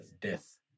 death